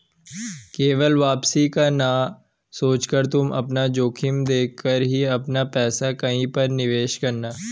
केवल वापसी का ना सोचकर तुम जोखिम देख कर ही अपना पैसा कहीं पर निवेश करना